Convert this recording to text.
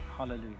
Hallelujah